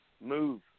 move